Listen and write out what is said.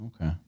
okay